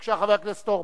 בבקשה, חבר הכנסת אורבך.